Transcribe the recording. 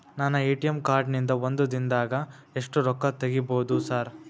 ನನ್ನ ATM card ನಿಂದಾ ಒಂದ್ ದಿಂದಾಗ ಎಷ್ಟ ರೊಕ್ಕಾ ತೆಗಿಬೋದು ಸಾರ್?